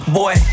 boy